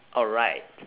alright